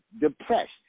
depressed